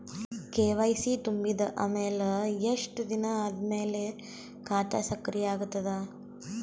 KYC ತುಂಬಿದ ಅಮೆಲ ಎಷ್ಟ ದಿನ ಆದ ಮೇಲ ಖಾತಾ ಸಕ್ರಿಯ ಅಗತದ?